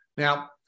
Now